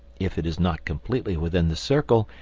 if it is not completely within the circle,